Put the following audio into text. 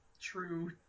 true